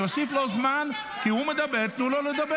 אני אוסיף לו זמן, כי הוא מדבר, תנו לו לדבר.